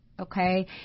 okay